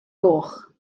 goch